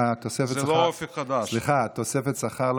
תוספת השכר,